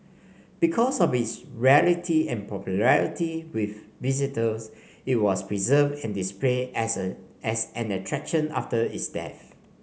because of its rarity and popularity with visitors it was preserved and displayed as as an attraction after its death